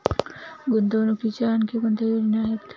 गुंतवणुकीच्या आणखी कोणत्या योजना आहेत?